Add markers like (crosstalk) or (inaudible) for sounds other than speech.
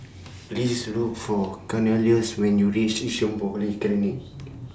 Please Look For Cornelius when YOU REACH Yishun Polyclinic (noise)